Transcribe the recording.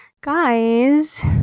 Guys